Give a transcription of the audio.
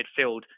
midfield